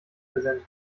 präsent